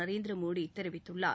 நரேந்திர மோடி தெரிவித்துள்ளார்